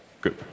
good